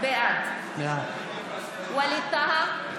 בעד ווליד טאהא,